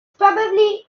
probably